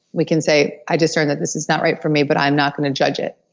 we can say i discern that this is not right for me, but i'm not going to judge it.